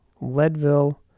Leadville